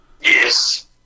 Yes